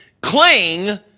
cling